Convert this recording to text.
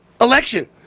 election